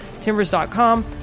Timbers.com